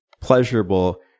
pleasurable